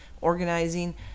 organizing